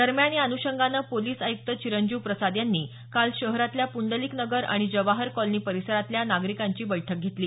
दरम्यान या अन्षंगानं पोलिस आयुक्त चिरंजीव प्रसाद यांनी काल शहरातल्या पूंडलीकनगर आणि जवाहर कॉलनी परिसरातल्या नागरिकांची बैठक घेतली